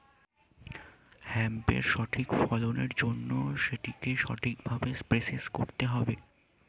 হেম্পের সঠিক ফলনের জন্য সেটিকে ঠিক ভাবে প্রসেস করতে হবে